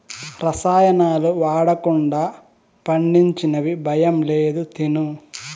రసాయనాలు వాడకుండా పండించినవి భయం లేదు తిను